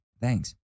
Thanks